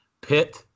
Pitt